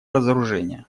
разоружения